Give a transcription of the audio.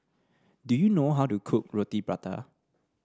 do you know how to cook Roti Prata